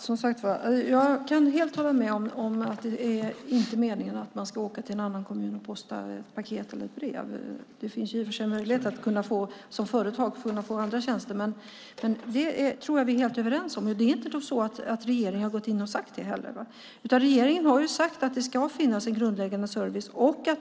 Herr talman! Jag kan som sagt helt hålla med om att det inte är meningen att man ska åka till en annan kommun för att posta ett paket eller ett brev. Det finns i och för sig möjlighet att som företag få andra tjänster, men jag tror att vi är helt överens om detta. Det är inte så att regeringen har gått in och sagt det heller, utan regeringen har sagt att det ska finnas en grundläggande service.